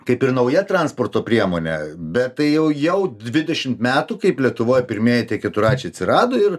kaip ir nauja transporto priemonė bet tai jau jau dvidešimt metų kaip lietuvoj pirmieji keturračiai atsirado ir